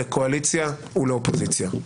לקואליציה ולאופוזיציה.